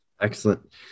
Excellent